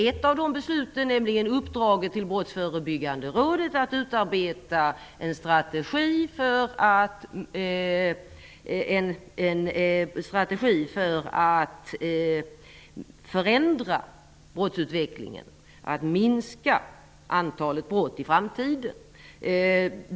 Ett av de besluten var nämligen uppdraget till Brottsförebyggande rådet att utarbeta en strategi för att förändra brottsutvecklingen och minska antalet brott i framtiden.